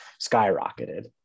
skyrocketed